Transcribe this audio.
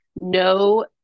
no